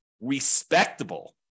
respectable